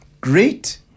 great